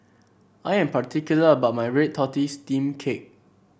I am particular about my Red Tortoise Steamed Cake